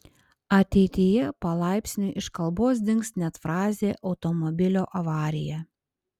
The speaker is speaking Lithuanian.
ateityje palaipsniui iš kalbos dings net frazė automobilio avarija